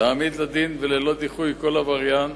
להעמיד לדין ללא דיחוי כל עבריין,